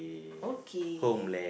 okay